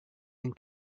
ein